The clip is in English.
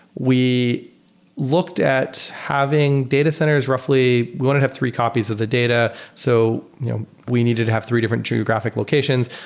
we looked at having data centers roughly we want to have three copies of the data. so we needed to have three different geographic locations.